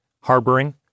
harboring